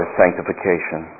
sanctification